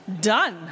done